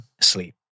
sleep